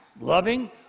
loving